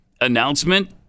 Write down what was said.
announcement